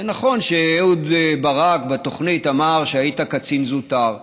נכון שאהוד ברק אמר בתוכנית שהיית קצין זוטר.